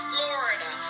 Florida